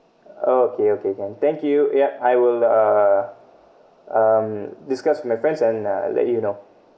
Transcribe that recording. okay okay can thank you yup I will uh um discuss with my friends and uh let you know